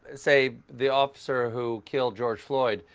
say, the officer who killed george floyd,